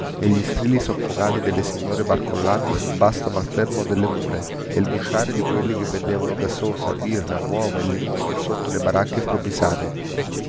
e gli strilli soffocati delle signore barcollanti sul basto malfermo delle mule e il vociare di quelli che vendevano gazzosa birra uova e limoni sotto le baracche improvvisate